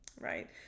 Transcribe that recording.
right